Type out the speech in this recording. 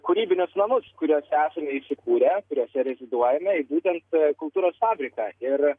kūrybinius namus kuriuose esame įsikūrę kuriuose reziduojame ir būtent kultūros fabriką ir